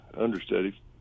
understudy